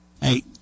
Hey